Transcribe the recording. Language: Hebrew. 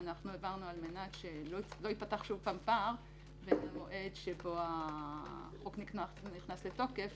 על מנת שלא ייפתח שוב פער בין המועד שבו החוק נכנס לתוקף